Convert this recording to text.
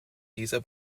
dieser